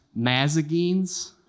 Mazagines